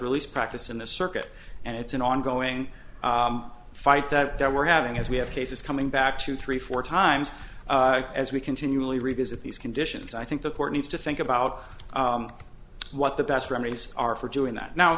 release practice in this circuit and it's an ongoing fight that we're having as we have cases coming back two three four times as we continually revisit these conditions i think the court needs to think about what the best remedies are for doing that now